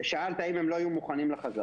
שאלת האם הם לא היו מוכנים לחזרה,